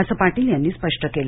असं पाटील यांनी स्पष्ट केलं